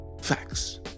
Facts